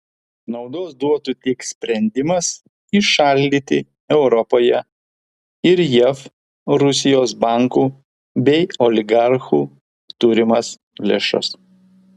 naudos duotų tik sprendimas įšaldyti europoje ir jav rusijos bankų bei oligarchų turimas lėšas